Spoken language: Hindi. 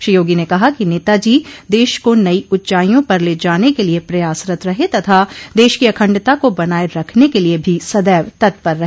श्री योगी ने कहा कि नेताजी देश को नई ऊंचाईयों पर ले जाने के लिये प्रयासरत रहे तथा देश की अखंडता को बनाये रखने के लिये भी सदैव तत्पर रहे